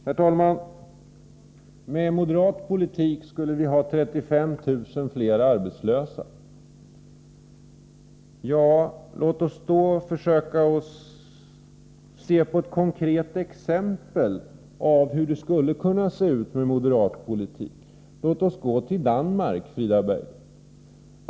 Herr talman! Med moderat politik skulle vi ha 35 000 fler arbetslösa, fick vi höra. Jag vill ta ett konkret exempel och försöka visa hur det skulle kunna se ut med moderat politik. Låt oss gå till Danmark, Frida Berglund!